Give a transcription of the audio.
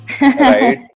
right